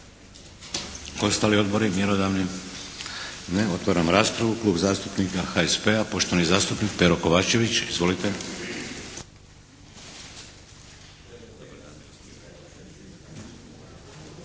Ostali odbori mjerodavni? Ne. Otvaram raspravu. Klub zastupnika HSP-a poštovani zastupnik Pero Kovačević. Izvolite.